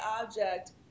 object